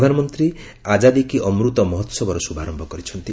ପ୍ରଧାନମନ୍ତ୍ରୀ ଆଜାଦି କି ଅମୃତ ମହୋସବ ର ଶୁଭାରମ୍ଭ କରିଚ୍ଛନ୍ତି